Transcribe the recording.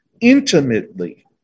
intimately